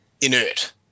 inert